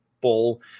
bull